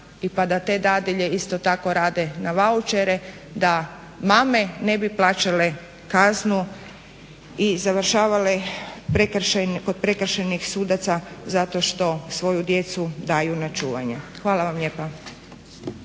pa da te dadilje isto tako rade na vaučere da mame ne bi plaćale kaznu i završavale kod prekršajnih sudaca zato što svoju djecu daju na čuvanje. Hvala vam lijepa.